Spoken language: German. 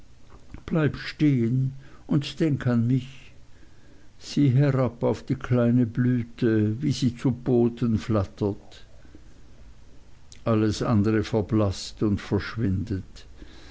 bleib stehen und denk an mich sieh herab auf die kleine blüte wie sie zu boden flattert alles andere verblaßt und verschwindet